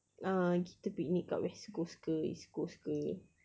uh kita picnic kat west coast ke east coast ke